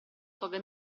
toga